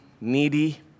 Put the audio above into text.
needy